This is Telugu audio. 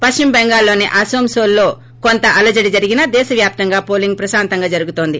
పశ్చిమ టెంగాల్లోని అసాంసోల్లో కొంత అలజడి జరిగినా దేశ వ్యాప్తంగా పోలింగ్ ప్రశాంతంగా జరుగుతోంది